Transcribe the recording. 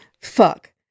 fuck